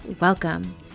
welcome